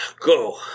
Go